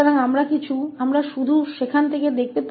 तो हम बस वहाँ से देख सकते हैं